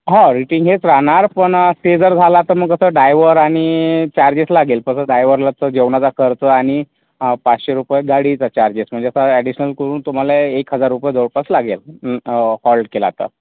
हो रेटिंग हेच राहणार पण स्टे जर झाला तर मग असं डायवर आणि चार्जेस लागेल कसं डायवरला तर जेवणाचा खर्च आणि पाचशे रुपये गाडीचा चार्जेस म्हणजे असा ॲडिशनल् करून तुम्हाला ए एक हजार रुपये जवळपास लागेल हॉल्ट केला तर